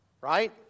right